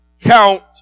count